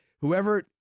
whoever